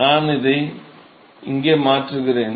நான் அதை இங்கே மாற்றுகிறேன்